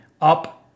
up